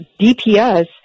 DPS